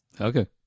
Okay